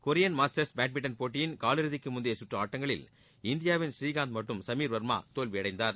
Koreans master badminton போட்டியின் காலிறுதிக்கு முந்தைய சுற்று ஆட்டங்களில் இந்தியாவின் புநீகாந்த் மற்றும் சமீர் வர்மா தோல்வியடைந்தனர்